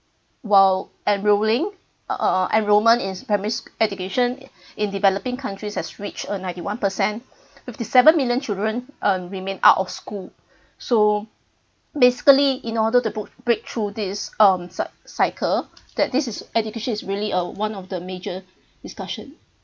while enrolling uh enrolment in primary sch~ education in developing countries has reached uh ninety one per cent fifty seven million children um remain out of school so basically in order to put breakthrough this um cy~ cycle that this is education is really uh one of the major discussion